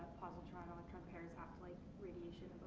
positron-electron pairs act like radiation